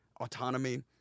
autonomy